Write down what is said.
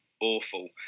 awful